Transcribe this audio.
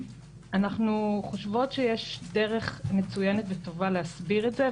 אנחנו חושבות שיש דרך מצוינת וטובה להסביר את זה,